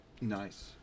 nice